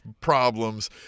problems